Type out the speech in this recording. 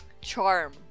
charm